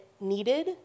needed